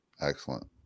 Excellent